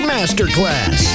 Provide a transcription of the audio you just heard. Masterclass